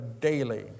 daily